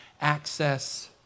access